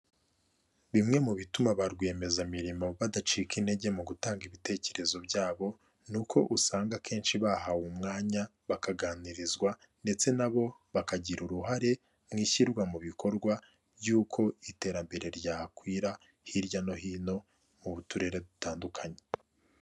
Bimwe mu bituma ba rwiyemezamirimo badacika intege mu gutanga ibitekerezo byabo, ni uko usanga akenshi bahawe umwanya bakaganirizwa, ndetse na bo bakagira uruhare mu ishyirwa mu bikorwa ry'uko iterambere ryakwira hirya no hino mu turere dutandukanye.